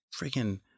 freaking